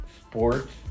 sports